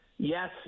Yes